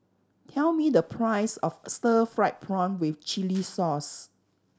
tell me the price of stir fried prawn with chili sauce